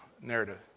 narrative